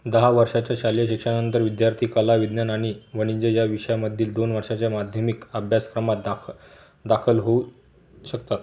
दहा वर्षाच्या शालेय शिक्षणानंतर विद्यार्थी कला विज्ञान आणि वाणिज्य या विषयामधील दोन वर्षाच्या माध्यमिक अभ्यासक्रमात दाख दाखल होऊ शकतात